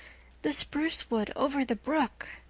the spruce wood over the brook,